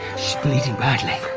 bleeding badly.